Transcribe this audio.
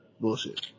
Bullshit